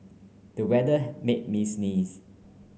the weather made me sneeze